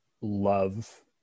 love